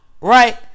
Right